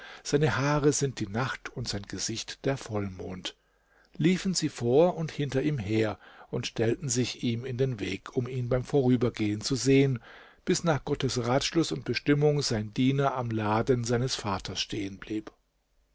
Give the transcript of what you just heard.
seine haare sind die nacht und sein gesicht der vollmond liefen sie vor und hinter ihm her und stellten sich ihm in den weg um ihn beim vorübergehen zu sehen bis nach gottes ratschluß und bestimmung sein diener am laden seines vaters stehen